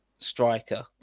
Striker